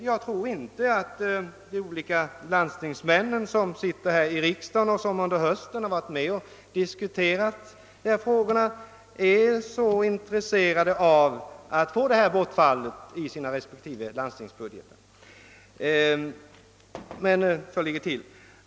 Jag tror inte att de landstingsmän som sitter här i riksdagen och som under hösten har deltagit i diskussionen om dessa frågor skulle vara tilltalade av att få detta bortfall i sina respektive landstingsbudgeter.